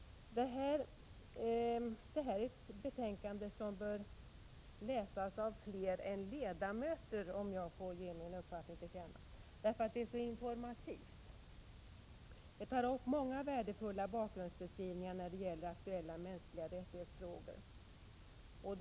Det här är ett betänkande som bör läsas av fler än ledamöter, om jag får ge min uppfattning till känna, därför att det är så informativt. Det tar upp många värdefulla bakgrundsbeskrivningar när det gäller aktuella frågor om mänskliga rättigheter.